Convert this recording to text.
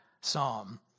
psalm